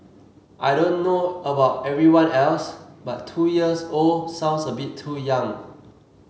I don't know about everyone else but two years old sounds a bit too young